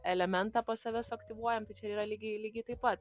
elementą po savęs aktyvuojam tai čia ir yra lygiai lygiai taip pat